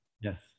Yes